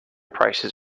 prices